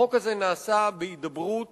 החוק הזה נעשה בהידברות